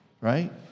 Right